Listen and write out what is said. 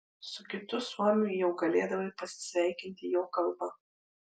su kitu suomiu jau galėdavai pasisveikinti jo kalba